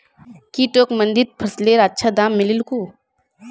की तोक मंडीत फसलेर अच्छा दाम मिलील कु